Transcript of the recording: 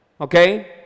okay